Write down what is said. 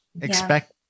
expect